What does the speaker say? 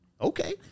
Okay